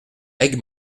aigues